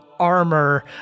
armor